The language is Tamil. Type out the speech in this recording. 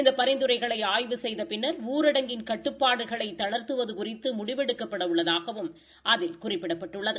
இந்த பரிந்துரைகளை ஆய்வு செய்த பின்னா் ஊரடங்கின் கட்டுப்பாடுகளை தளா்த்துவது குறித்து முடிவெடுக்கப்பட உள்ளதாகவும் அதில் குறிப்பிடப்பட்டுள்ளது